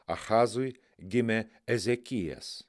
achazui gimė ezekijas